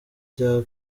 rya